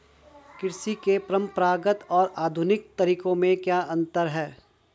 कृषि के परंपरागत और आधुनिक तरीकों में क्या अंतर है?